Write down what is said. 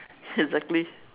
exactly